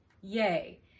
yay